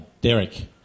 Derek